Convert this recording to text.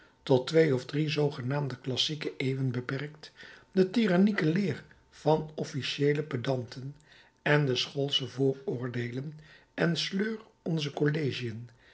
tot twee of drie zoogenaamde klassieke eeuwen beperkt de tyrannieke leer van officiëele pedanten en de schoolsche vooroordeelen en sleur onze collegiën